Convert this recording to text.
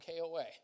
KOA